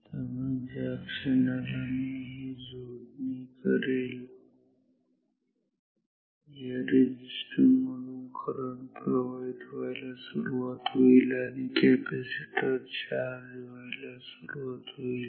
त्यामुळे ज्या क्षणाला मी ही जोडणी करेल या रेजिस्टन्स मधून करंट प्रवाहित व्हायला सुरुवात होईल आणि कॅपॅसिटर चार्ज व्हायला सुरुवात होईल